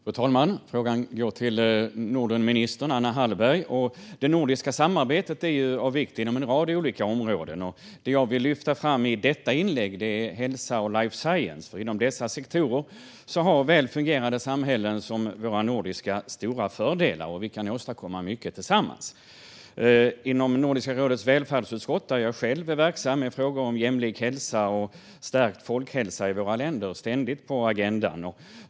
Fru talman! Min fråga går till Nordenminister Anna Hallberg. Det nordiska samarbetet är av vikt inom en rad olika områden. Det jag vill lyfta fram i detta inlägg är hälsa och life science. Inom dessa sektorer har väl fungerande samhällen, såsom de nordiska, stora fördelar, och vi kan åstadkomma mycket tillsammans. Inom Nordiska rådets välfärdsutskott, där jag själv är verksam, är frågor om jämlik hälsa och stärkt folkhälsa i våra länder ständigt på agendan.